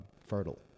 fertile